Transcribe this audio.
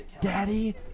Daddy